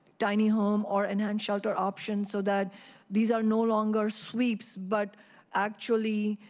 tiny home or enhanced shelter options so that these are no longer sweeps, but actually